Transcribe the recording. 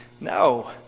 no